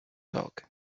dog